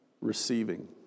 Receiving